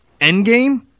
Endgame